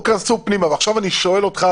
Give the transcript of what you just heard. ועכשיו אני שואל אותך,